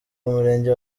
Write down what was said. umurenge